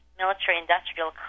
military-industrial